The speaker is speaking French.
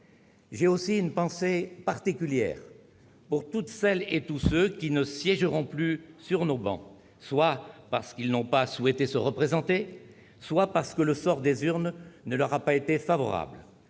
J'ai aussi une pensée particulière pour toutes celles et tous ceux qui ne siègeront plus sur nos travées, soit parce qu'ils n'ont pas souhaité se représenter, soit parce que le sort des urnes ne leur a pas été favorable.